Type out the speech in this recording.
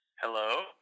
Hello